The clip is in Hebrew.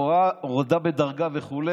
הורדה בדרגה וכו'.